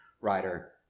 writer